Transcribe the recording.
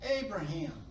Abraham